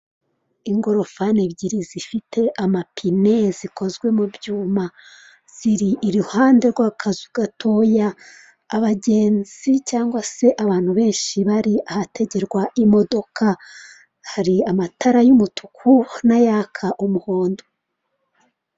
Ingorofani ebyiri zifite amapine zikozwe mu byuma ziri iruhande rw'akazu gatoya, abagenzi cyangwa se abantu benshi bari ahategerwa imodoka hari amatara y'umutuku n'ayaka umuhondo.